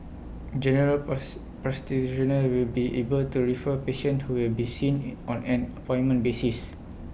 general parts practitioners will be able to refer patients who will be seen A on an appointment basis